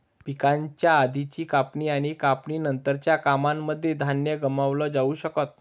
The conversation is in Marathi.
पिकाच्या आधीची कापणी आणि कापणी नंतरच्या कामांनमध्ये धान्य गमावलं जाऊ शकत